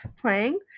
playing